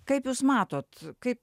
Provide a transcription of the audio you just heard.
kaip jūs matot kaip